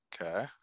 Okay